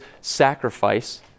sacrifice